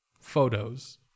photos